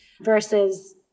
versus